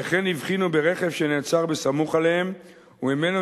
וכן הבחינו ברכב שנעצר בסמוך אליהם וממנו